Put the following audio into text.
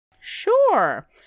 Sure